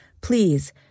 Please